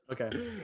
okay